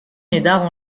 médard